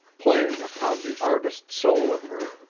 playing upon the artist soul of her,